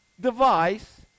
device